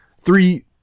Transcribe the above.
three –